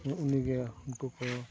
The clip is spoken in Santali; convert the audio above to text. ᱩᱱ ᱩᱱᱤᱜᱮ ᱩᱱᱠᱩ ᱠᱚ